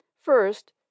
first